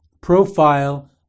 profile